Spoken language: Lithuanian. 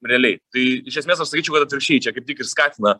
realiai tai iš esmės aš sakyčiau kad atvirkščiai čia kaip tik ir skatina